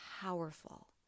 powerful